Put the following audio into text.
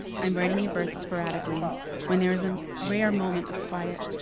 i'm writing your birth sporadically when there is a rare moment of quiet,